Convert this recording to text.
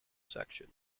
section